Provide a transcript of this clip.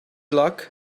luck